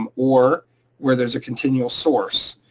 um or where there's a continual source.